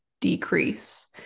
decrease